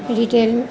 retail